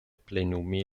plenumi